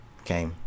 okay